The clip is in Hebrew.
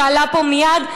שעלה פה מייד,